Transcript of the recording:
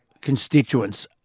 constituents